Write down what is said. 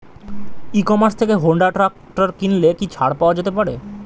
ই commerce থেকে Honda tractor কিনলে কি ছাড় পাওয়া যেতে পারে?